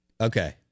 Okay